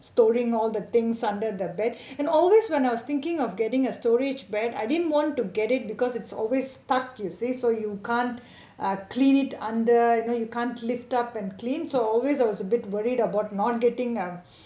storing all the things under the bed and always when I was thinking of getting a storage bed I didn't want to get it because it's always stuck you see so you can't ah clean it under you know you can't lift up and clean so always I was a bit worried about not getting um